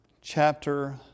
chapter